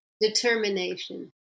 Determination